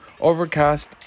Overcast